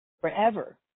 Forever